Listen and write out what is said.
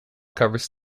covers